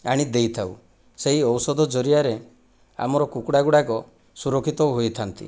ଆଣି ଦେଇଥାଉ ସେହି ଔଷଧ ଜରିଆରେ ଆମର କୁକୁଡ଼ା ଗୁଡ଼ାକ ସୁରକ୍ଷିତ ହୋଇଥାନ୍ତି